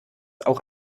auch